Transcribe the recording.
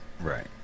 Right